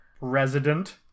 resident